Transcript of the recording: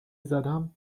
زدم